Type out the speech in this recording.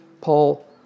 Paul